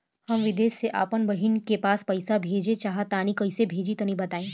हम विदेस मे आपन बहिन के पास पईसा भेजल चाहऽ तनि कईसे भेजि तनि बताई?